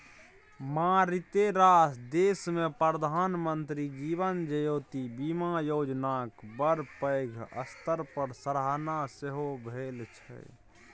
मारिते रास देशमे प्रधानमंत्री जीवन ज्योति बीमा योजनाक बड़ पैघ स्तर पर सराहना सेहो भेल छै